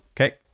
okay